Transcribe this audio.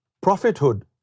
prophethood